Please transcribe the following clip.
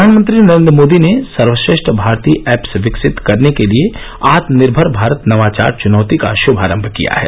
प्रधानमंत्री नरेन्द्र मोदी ने सर्वश्रेष्ठ भारतीय ऐप्स विकसित करने के लिये आत्मनिर्भर भारत नवाचार चुनौती का श्भारंभ किया है